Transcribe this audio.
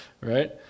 right